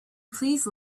please